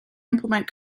implement